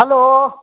hello